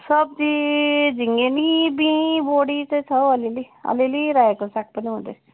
सब्जी झिङ्गिनी बीँ बोडी चाहिँ छ अलिअलि अलिअलि रायोको साग पनि हुँदैछ